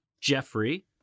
Jeffrey